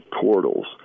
portals